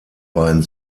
beiden